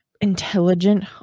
Intelligent